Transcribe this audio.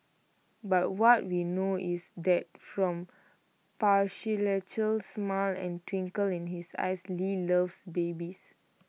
but what we know is that from patriarchal smile and twinkle in his eyes lee loves babies